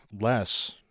less